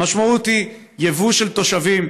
המשמעות היא יבוא של תושבים,